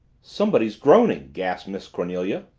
somebody groaning! gasped miss cornelia.